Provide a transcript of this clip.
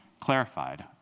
clarified